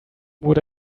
would